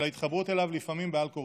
של ההתחברות אליו, לפעמים בעל-כורחי.